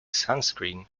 sunscreen